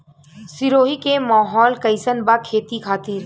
सिरोही के माहौल कईसन बा खेती खातिर?